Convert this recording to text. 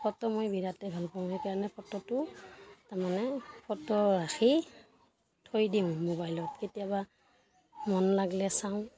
photo মই বিৰাটেই ভাল পাওঁ সেইকাৰণে ফটোটো তাৰমানে ফটো ৰাখি থৈ দিওঁ মোবাইলত কেতিয়াবা মন লাগিলে চাওঁ